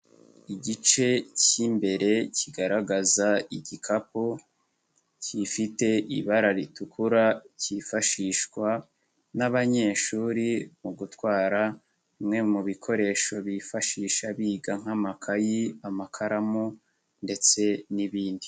Igice cy'imbere kigaragaza igikapu, gifite ibara ritukura cyifashishwa n'abanyeshuri mu gutwara bimwe mu bikoresho bifashisha biga nk'amakayi, amakaramu ndetse n'ibindi.